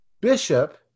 bishop